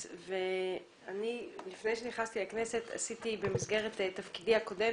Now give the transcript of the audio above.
לפני שנכנסתי לכנסת עשיתי במסגרת תפקידי הקודם